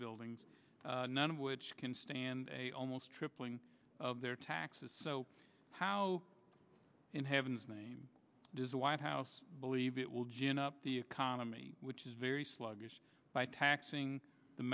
buildings none of which can stand almost tripling of their taxes so how in heaven's name does the white house believe it will generate the economy which is very sluggish by taxing the